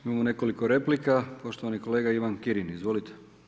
Imamo nekoliko replika, poštovani kolega Ivan Kirin, izvolite.